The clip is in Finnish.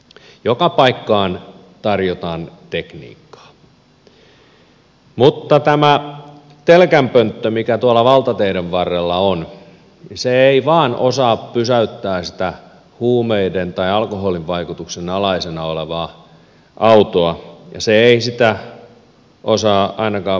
joka paikkaan tarjotaan tekniikkaa mutta tämä telkänpönttö mikä tuolla valtateiden varrella on ei vain osaa pysäyttää sitä huumeiden tai alkoholin vaikutuksen alaisena olevaa autoilijaa ja se ei sitä osaa ainakaan puhalluttaa